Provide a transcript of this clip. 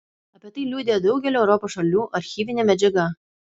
apie tai liudija daugelio europos šalių archyvinė medžiaga